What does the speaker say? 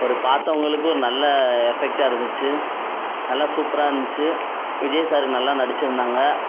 ஒரு பார்த்தவங்களுக்கு ஒரு நல்ல எஃபெக்டாக இருந்துச்சு நல்ல சூப்பராக இருந்துச்சு விஜய் சார் நல்லா நடித்திருந்தாங்க